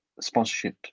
sponsorship